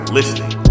listening